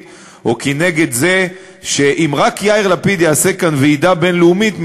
או נגד זה שאם רק יאיר לפיד יעשה כאן ועידה בין-לאומית,